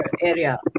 area